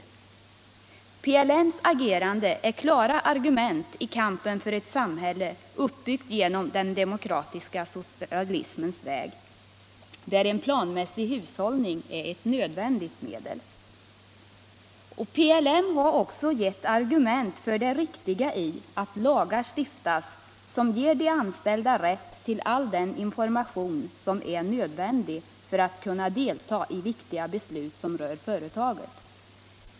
PLM:s agerande är klara argument i kampen för ett samhälle uppbyggt genom den demokratiska socialismens väg, där en planmässig hushållning är ett nödvändigt medel. PLM har också gett argument för det riktiga i att lagar stiftas som ger de anställda rätt till all den information som är nödvändig för att kunna delta i viktiga beslut som rör företaget.